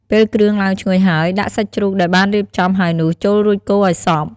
ពេលគ្រឿងឡើងឈ្ងុយហើយ ដាក់ សាច់ជ្រូក ដែលបានរៀបចំហើយនោះចូល រួចកូរឱ្យសព្វ។